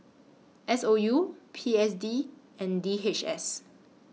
S O U P S D and D H S